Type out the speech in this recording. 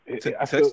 Text